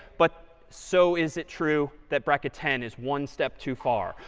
but so is it true that bracket ten is one step too far.